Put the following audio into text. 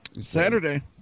Saturday